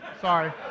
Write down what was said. Sorry